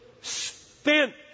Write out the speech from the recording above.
spent